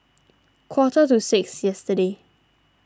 quarter to six yesterday